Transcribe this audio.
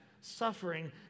suffering